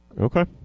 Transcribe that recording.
Okay